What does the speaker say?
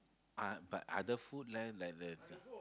uh but other food leh like the